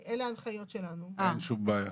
נמנעים, אין לא אושרה.